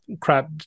crap